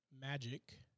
Magic